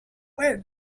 were